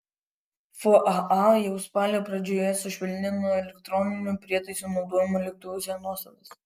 faa jau spalio pradžioje sušvelnino elektroninių prietaisų naudojimo lėktuvuose nuostatas